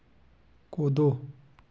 कूदो